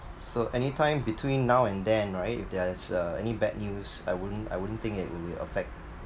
so anytime between now and then right there's uh any bad news I wouldn't I wouldn't think it will affect